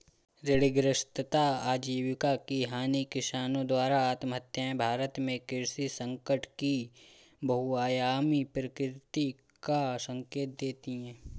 ऋणग्रस्तता आजीविका की हानि किसानों द्वारा आत्महत्याएं भारत में कृषि संकट की बहुआयामी प्रकृति का संकेत देती है